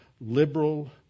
liberal